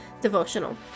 devotional